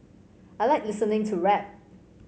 I like listening to rap